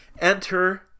Enter